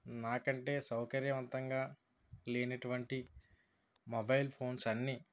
నా కంటే సౌకర్యవంతంగా లేనటువంటి మొబైల్ ఫోన్స్ అన్నీ